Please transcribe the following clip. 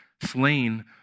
slain